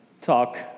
talk